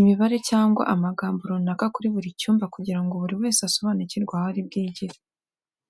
imibare cyangwa se amagambo runaka kuri buri cyomba kugira ngo buri wese asobanukirwe aho ari bwigire.